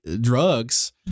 drugs